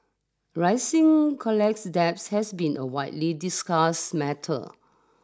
rising college debts has been a widely discussed matter